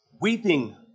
weeping